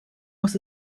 muss